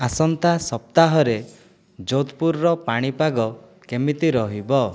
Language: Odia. ଆସନ୍ତା ସପ୍ତାହରେ ଜୋଧପୁରର ପାଣିପାଗ କେମିତି ରହିବ